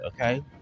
okay